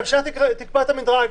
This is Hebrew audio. שהממשלה תקבע את המדרג.